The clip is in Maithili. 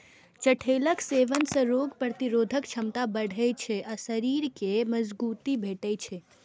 चठैलक सेवन सं रोग प्रतिरोधक क्षमता बढ़ै छै आ शरीर कें मजगूती भेटै छै